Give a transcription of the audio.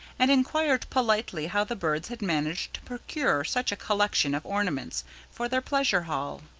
and enquired politely how the birds had managed to procure such a collection of ornaments for their pleasure hall.